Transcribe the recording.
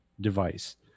device